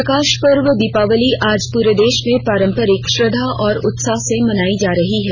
प्रकाश पर्व दीपावली आज पूरे देश में पारंपरिक श्रद्धा और उत्साह से मनायी जा रही है